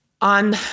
On